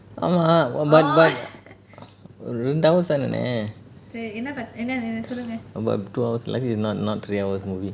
ஆமா:aama b~ but but ரெண்டு:rendu hour சொன்னனே:sonnene about two hours like this not not three hours movie